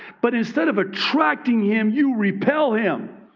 but instead of attracting him, you repel him.